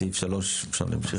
את סעיף 3 אפשר להמשיך?